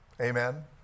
Amen